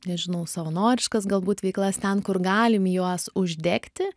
nežinau savanoriškas galbūt veiklas ten kur galim juos uždegti